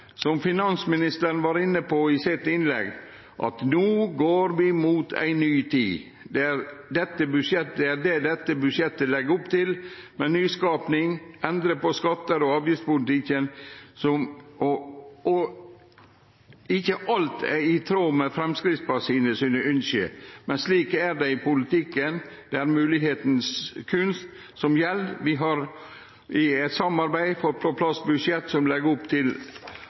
Som finansministeren var inne på i sitt innlegg: No går vi mot ei ny tid. Det er det dette budsjettet legg opp til, med nyskaping og endring av skatte- og avgiftspolitikken. Ikkje alt er i tråd med ønska til Framstegspartiet, men slik er det i politikken. Det er moglegheitas kunst som gjeld. Vi har gjennom samarbeid fått på plass eit budsjett som legg opp til